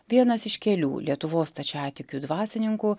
vienas iš kelių lietuvos stačiatikių dvasininkų